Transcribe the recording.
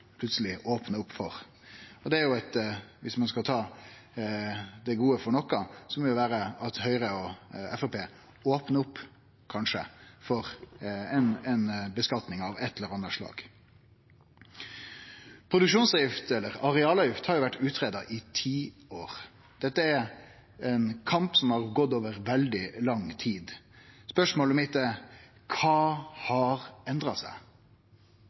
plutseleg opnar for. Viss ein skal ta det gode i dette, må det jo vere at Høgre og Framstegspartiet kanskje opnar for ei skattlegging av eit eller anna slag. Produksjonsavgift eller arealavgift har vore greidde ut i tiår. Dette er ein kamp som har gått over veldig lang tid. Spørsmålet mitt er: Kva har endra seg?